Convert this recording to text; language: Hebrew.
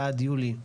עד יולי.